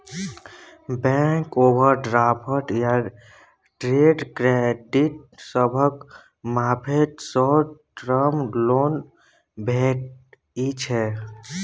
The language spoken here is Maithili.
बैंक ओवरड्राफ्ट या ट्रेड क्रेडिट सभक मार्फत शॉर्ट टर्म लोन भेटइ छै